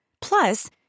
plus